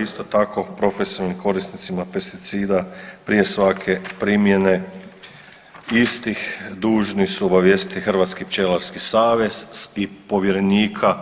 Isto tako profesionalnim korisnicima pesticida prije svake primjene istih dužni su obavijestiti Hrvatski pčelarski savez i povjerenika